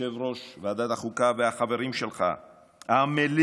יושב-ראש ועדת החוקה, והחברים שלך עמלים